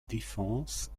défense